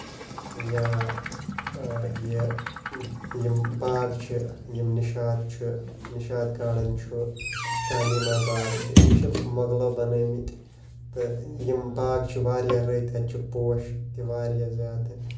یا یہِ یِم باغ چھِ یِم نِشات چھِ نِشات گاڈٕنۍ چھُ شالِمار باغ چھُ یِم چھِ مۄغلو بَنٲیمٕتۍ تہٕ یِم باغ چھِ واریاہ رٕتۍ اَتہِ چھِ پوش تہِ واریاہ زیادٕ